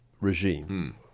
regime